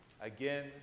Again